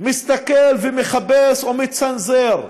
שמסתכל ומחפש או מצנזר,